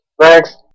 Thanks